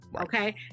Okay